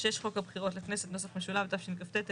6. חוק הבחירות לכנסת נוסח משולב שכ"ט-1969.